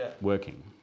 working